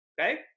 okay